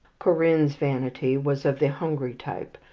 corinne's vanity was of the hungry type,